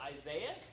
Isaiah